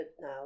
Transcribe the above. now